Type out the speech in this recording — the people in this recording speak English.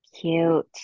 cute